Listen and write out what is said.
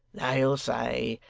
they'll say,